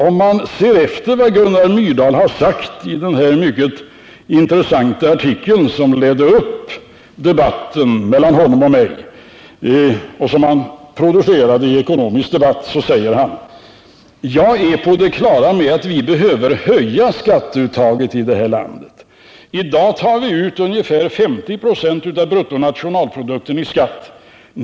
Om man ser efter vad Gunnar Myrdal har sagt i den mycket intressanta artikeln — som ledde till debatten mellan honom och mig —- som han producerade i ”Ekonomisk debatt”, finner man att han där säger: Jag är på det klara med att vi behöver höja skatteuttaget i det här landet. I dag tar vi ut ungefär 50 96 av bruttonationalprodukten i skatt.